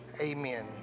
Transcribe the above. Amen